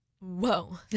Whoa